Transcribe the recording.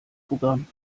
programm